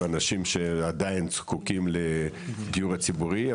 באנשים שעדיין זקוקים לדיור הציבורי,